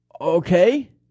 Okay